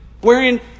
wherein